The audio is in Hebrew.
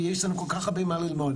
ויש לנו כל כך הרבה מה ללמוד.